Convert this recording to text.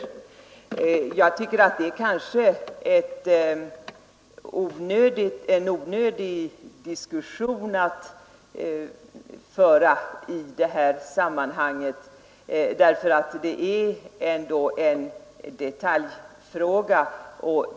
Men jag tycker att detta är en onödig diskussion i sammanhanget — det är ändå en detaljfråga.